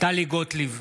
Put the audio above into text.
טלי גוטליב,